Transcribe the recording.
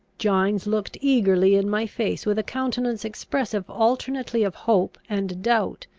gines looked eagerly in my face, with a countenance expressive alternately of hope and doubt,